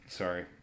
sorry